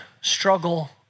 struggle